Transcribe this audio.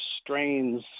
strains